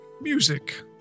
music